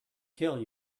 kill